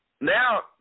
now